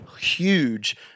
huge